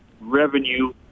revenue